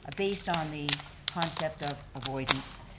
ah based on the concept of avoidance.